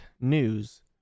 news